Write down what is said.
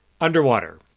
Underwater